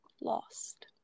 lost